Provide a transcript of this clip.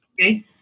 Okay